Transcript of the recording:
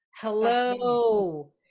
hello